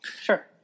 Sure